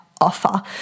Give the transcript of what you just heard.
offer